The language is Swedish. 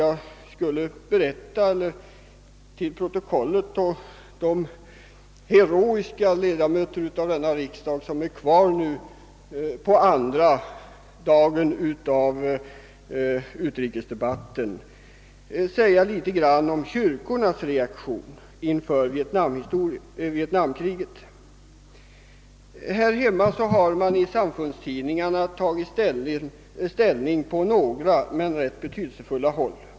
Jag tänkte att jag till protokollet och för de heroiska riksdagsledamöter som är kvar här strax efter 24 och således på andra dagen av utrikesdebatten skulle berätta något om kyrkornas reaktion inför vietnamkriget. Här hemma har man i samfundstidningarna tagit ställning på några och rätt inflytelserika håll.